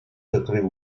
закрыв